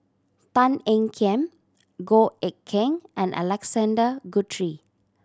Tan Ean Kiam Goh Eck Kheng and Alexander Guthrie